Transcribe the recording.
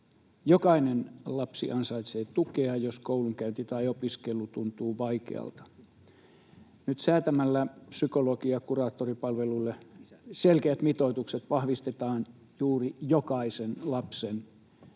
Jokainen lapsi ansaitsee tukea, jos koulunkäynti tai opiskelu tuntuu vaikealta. Nyt säätämällä psykologi- ja kuraattoripalveluille selkeät mitoitukset vahvistetaan juuri jokaisen lapsen